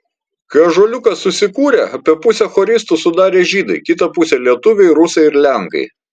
kai ąžuoliukas susikūrė apie pusę choristų sudarė žydai kitą pusę lietuviai rusai ir lenkai